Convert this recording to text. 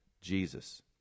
Jesus